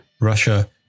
Russia